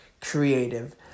creative